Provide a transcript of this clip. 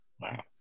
wow